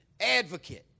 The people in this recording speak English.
advocate